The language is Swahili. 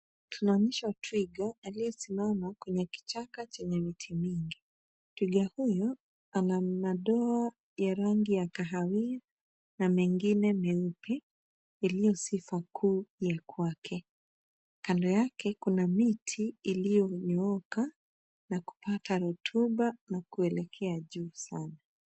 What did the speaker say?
Tunaonyeshwa twiga aliyesimama kwenye kichaka chenye miti mingi. Twiga huyo ana madoa ya rangi ya kahawia na mengine meupe iliyo sifa kuu ya kwake. Kando yake kuna miti iliyonyooka na kupata rotuba na kuelekea juu sana.